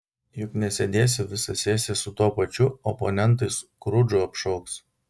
juk nesėdėsi visą sesiją su tuo pačiu oponentai skrudžu apšauks